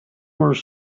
were